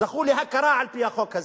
זכו להכרה על-פי החוק הזה,